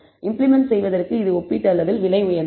implement செய்வதற்கு இது ஒப்பீட்டளவில் விலை உயர்ந்தது